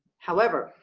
however,